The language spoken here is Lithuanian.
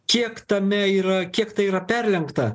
kiek tame yra kiek tai yra perlenkta